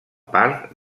part